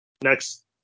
Next